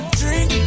drink